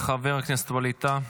חבר הכנסת ווליד טאהא,